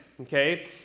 okay